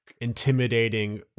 intimidating